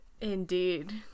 Indeed